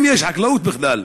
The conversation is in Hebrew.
אם יש חקלאות בכלל,